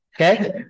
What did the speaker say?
Okay